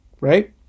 right